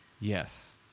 yes